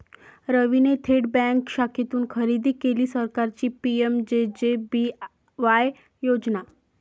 रवीने थेट बँक शाखेतून खरेदी केली सरकारची पी.एम.जे.जे.बी.वाय योजना